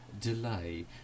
delay